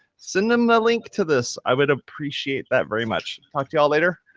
send them a link to this. i would appreciate that very much. talk to y'all later.